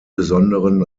besonderen